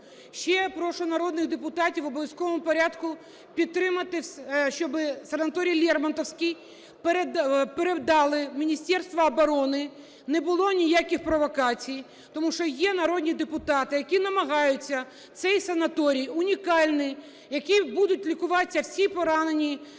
Ще я прошу народних депутатів в обов'язковому порядку підтримати, щоби санаторій "Лермонтовський" передали Міністерству оборони, не було ніяких провокацій. Тому що є народні депутати, які намагаються цей санаторій унікальний, в якому будуть лікуватися всі поранені